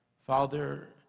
Father